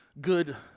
good